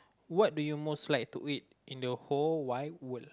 what do you most like to eat in the whole wide world